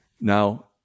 now